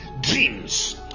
dreams